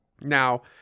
Now